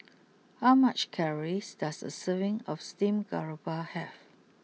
how much calories does a serving of Steamed Garoupa have